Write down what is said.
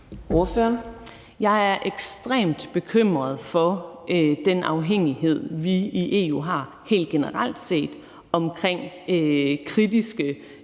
Jeg er ekstremt bekymret for den afhængighed, vi har helt generelt set har i